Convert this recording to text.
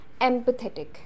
empathetic